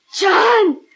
John